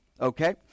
okay